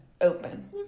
Open